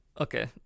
Okay